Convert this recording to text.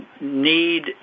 need